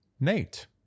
Nate